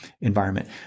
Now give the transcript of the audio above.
environment